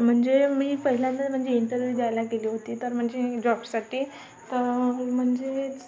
म्हणजे मी पहिल्यांंदा म्हणजे इंटरव्ह्यू द्यायला गेले होते तर म्हणजे जॉबसाठी तर म्हणजेच